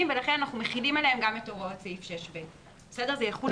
ולכן אנחנו מחילים עליהם גם את הוראות סעיף 6ב. זה יחול